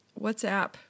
WhatsApp